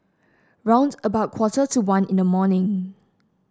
round about quarter to one in the morning